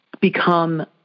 become